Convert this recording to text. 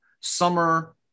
summer